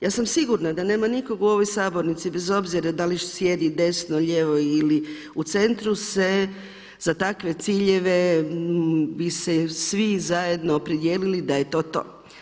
Ja sam sigurna da nema nikog u ovoj sabornici bez obzira da li sjedi desno, lijevo ili u centru se za takve ciljeve bi se svi zajedno opredijelili da je to to.